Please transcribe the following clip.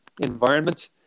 environment